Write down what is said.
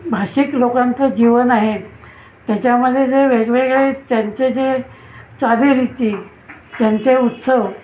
भाषिक लोकांचं जीवन आहे त्याच्यामध्ये जे वेगवेगळे त्यांचे जे चालीरीती त्यांचे उत्सव